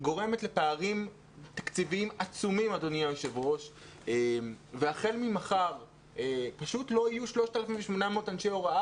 גורמת לפערים תקציביים עצומים והחל ממחר פשוט לא יהיו 3,800 אנשי הוראה